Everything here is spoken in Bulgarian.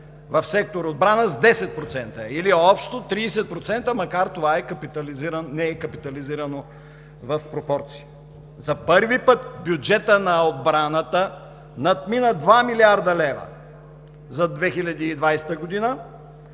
в сектор „Отбрана“ с 10% или общо 30%, макар това да не е капитализирано в пропорции. За първи път бюджетът на отбраната надмина 2 млрд. лв. за 2020 г.